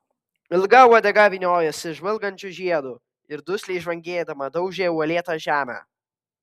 ilga uodega vyniojosi žvilgančiu žiedu ir dusliai žvangėdama daužė uolėtą žemę